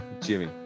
Jimmy